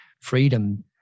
freedom